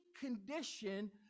condition